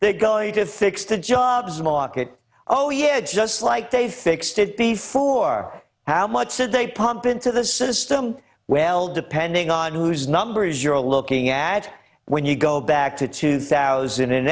they going to fix the jobs market oh yeah just like they fixed it before how much did they pump into the system well depending on whose numbers you're looking at when you go back to two thousand and